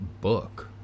book